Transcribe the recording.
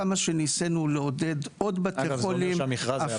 כמה שניסינו לעודד עוד בתי חולים,